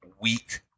weak